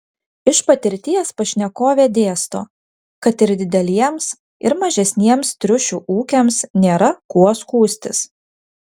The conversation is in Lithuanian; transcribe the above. iš patirties pašnekovė dėsto kad ir dideliems ir mažesniems triušių ūkiams nėra kuo skųstis